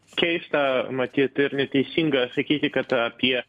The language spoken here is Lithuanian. keista matyt ir neteisinga sakyti kad apie